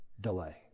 delay